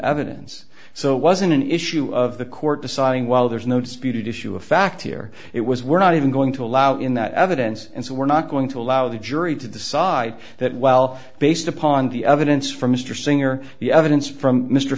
evidence so it wasn't an issue of the court deciding well there's no disputed issue of fact here it was we're not even going to allow in that evidence and so we're not going to allow the jury to decide that well based upon the evidence from mr singh or the evidence from m